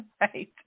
Right